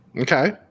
Okay